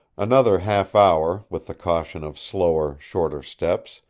another half hour, with the caution of slower, shorter steps,